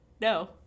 No